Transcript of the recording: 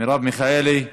מרב מיכאלי.